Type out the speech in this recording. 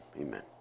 amen